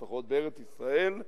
לפחות בארץ-ישראל,